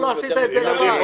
לא עשית את זה --- אל תפריע לי.